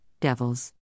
devils